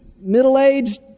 middle-aged